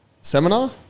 seminar